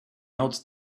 else